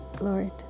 Lord